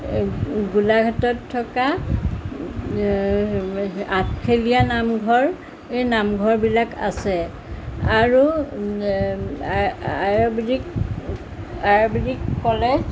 গোলাঘাটত থকা আঠখেলীয়া নামঘৰ এই নামঘৰবিলাক আছে আৰু আয়ুৰ্বেদিক আয়ুৰ্বেদিক কলেজ